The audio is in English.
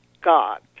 God